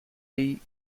bee